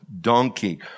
donkey